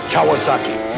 Kawasaki